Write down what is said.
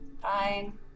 Fine